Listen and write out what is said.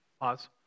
Pause